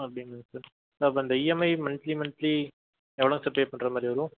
அப்படிங்களா sir sir அப்போ அந்த இஎம்ஐ சார் மந்த்லி மந்த்லி எவ்வளோங்க சார் பே பண்ணுற மாதிரி வரும்